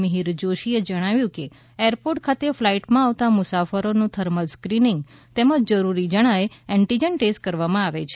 મિહિર જોશીએ જણાવ્યું કે એરપોર્ટ ખાતે ફલાઇટમાં આવતા મુસાફરોનું થર્મલ સ્કીનીંગ તેમજ જરૂર જણાયે એન્ટીજન ટેસ્ટ કરવામાં આવે છે